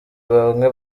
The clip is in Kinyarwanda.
bamwe